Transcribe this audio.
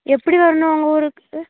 எப்படி வரணும் உங்க ஊருக்கு